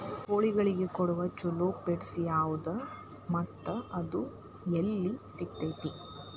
ಕೋಳಿಗಳಿಗೆ ಕೊಡುವ ಛಲೋ ಪಿಡ್ಸ್ ಯಾವದ ಮತ್ತ ಅದ ಎಲ್ಲಿ ಸಿಗತೇತಿ?